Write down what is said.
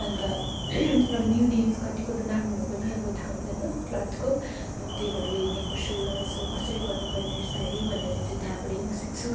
अन्त अब new names कतिको त नामहरू पनि अब थाहा हुँदैन प्लान्टको अनि त्यही भएर हेर्ने गर्छु कसरी गर्नुपर्ने रहेछ है भनेर चाहिँ त्यहाँबाटै म सिक्छु